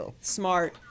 Smart